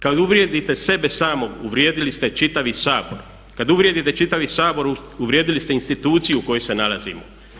Kad uvrijedite sebe samog uvrijedili ste čitavi Sabor, kad uvrijedite čitavi Sabor, uvrijedili ste instituciju u kojoj se nalazimo.